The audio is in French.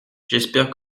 j’espère